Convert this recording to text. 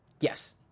yes